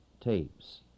Tapes